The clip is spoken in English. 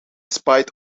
spite